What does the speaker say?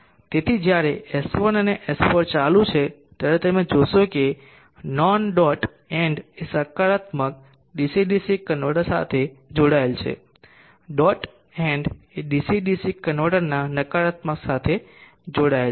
તેથી જ્યારે S1 અને S4 ચાલુ છે ત્યારે તમે જોશો કે નોન ડોટ એન્ડ એ સકારાત્મક ડીસી ડીસી કન્વર્ટર સાથે જોડાયેલ છે ડોટ એન્ડ એ ડીસી ડીસી કન્વર્ટરના નકારાત્મક સાથે જોડાયેલ છે